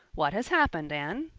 what has happened, anne?